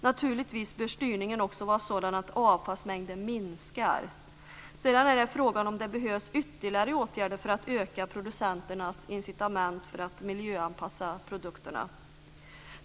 Naturligtvis bör styrningen också vara sådan att avfallsmängden minskar. Sedan är det frågan om det behövs ytterligare åtgärder för att öka producenternas incitament för att miljöanpassa produkterna.